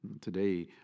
today